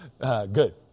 Good